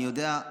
אני יודע,